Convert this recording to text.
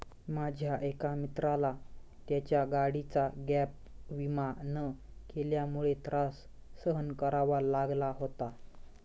माझ्या एका मित्राला त्याच्या गाडीचा गॅप विमा न केल्यामुळे त्रास सहन करावा लागला होता